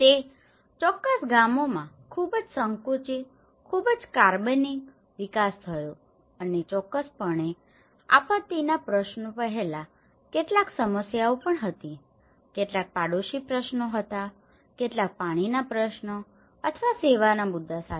તે ચોક્કસ ગામોમાં ખૂબ જ સંકુચિત ખૂબ જ કાર્બનિક વિકાસ થયો હતો અને ચોક્કસપણે આપત્તિના પ્રશ્નો પહેલા કેટલાક સમસ્યાઓ પણ હતી કેટલાક પડોશીઓના પ્રશ્નો કેટલાક પાણીના પ્રશ્નો અથવા સેવાના મુદ્દાઓ સાથે